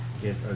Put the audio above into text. Get